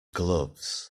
gloves